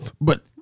But-